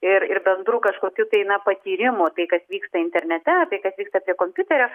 ir ir bendrų kažkokių tai na patyrimų tai kas vyksta internete tai kas vyksta prie kompiuterio